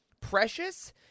precious